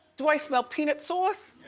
do i smell peanut sauce?